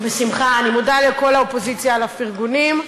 מחמאה שקיבלת היא לא סיבה לקריאות ביניים.